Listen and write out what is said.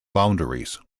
boundaries